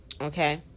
Okay